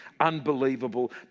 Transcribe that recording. unbelievable